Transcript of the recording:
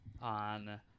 on